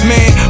Man